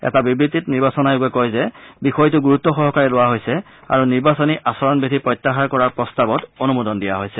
এটা বিবৃতিত নিৰ্বাচন আয়োগে কয় যে বিষয়টো গুৰুত্সহকাৰে লোৱা হৈছে আৰু নিৰ্বাচনী আচৰণবিধি প্ৰত্যাহাৰ কৰাৰ প্ৰস্তাৱত অনুমোদন দিয়া হৈছে